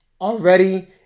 already